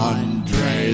Andre